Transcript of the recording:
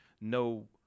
no